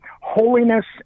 Holiness